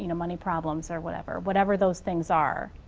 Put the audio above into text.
you know money problems, or whatever. whatever those things are.